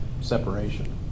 Separation